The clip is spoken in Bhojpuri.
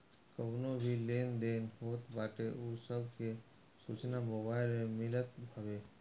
कवनो भी लेन देन होत बाटे उ सब के सूचना मोबाईल में मिलत हवे